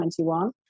2021